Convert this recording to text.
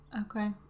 okay